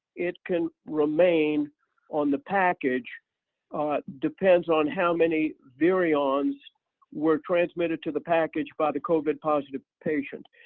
it can remain on the package depends on how many virions were transmitted to the package by the covid-positive patient.